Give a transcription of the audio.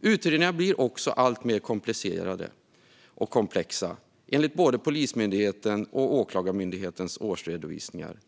Utredningarna blir också alltmer komplicerade och komplexa, enligt både Polismyndighetens och Åklagarmyndighetens årsredovisningar.